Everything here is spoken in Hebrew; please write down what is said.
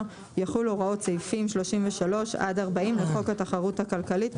יחולו הוראות סעיפים 33 עד 40 לחוק התחרות הכלכלית,